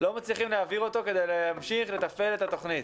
לא מצליחים להעביר אותו כדי להמשיך ולתפעל את התוכנית.